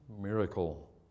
miracle